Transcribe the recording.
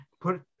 put